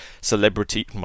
celebrity